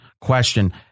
question